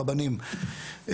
רבנים,